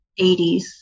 80s